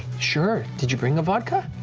sure. did you bring a vodka?